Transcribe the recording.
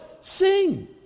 sing